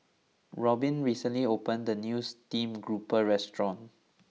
Robbin recently opened the new Stream Grouper restaurant